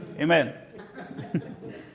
Amen